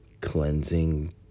cleansing